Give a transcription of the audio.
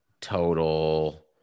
total